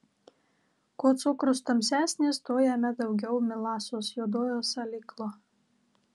kuo cukrus tamsesnis tuo jame daugiau melasos juodojo salyklo